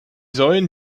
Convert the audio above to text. sollen